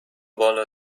بالا